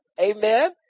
Amen